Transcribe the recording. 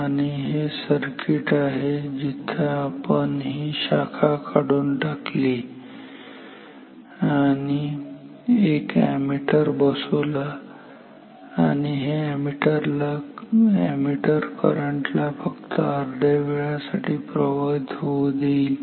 आणि हे सर्किट आहे जिथे आपण ही शाखा काढून टाकली आणि एक अॅमीटर बसवला आणि हा अॅमीटर करंट ला फक्त अर्ध्या वेळासाठी प्रवाहित होऊ देतो